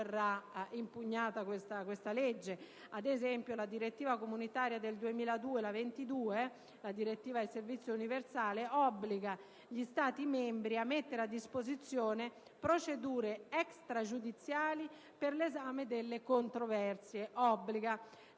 la direttiva comunitaria n. 22 del 2002 relativa al servizio universale obbliga gli Stati membri a mettere a disposizione procedure extragiudiziali per l'esame delle controversie. Se la